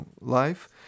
life